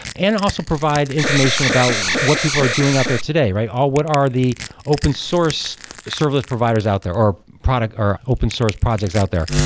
and also provide information about what people are doing out there today, right? what are the open source serverless providers out there, or product, or open source projects out there?